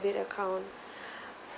bit account